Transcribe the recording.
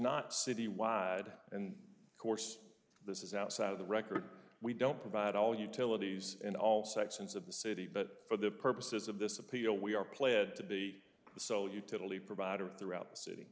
not city wide and of course this is outside of the record we don't provide all utilities in all sections of the city but for the purposes of this appeal we are pled to be the sole utility provider throughout the city